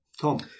Tom